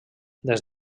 des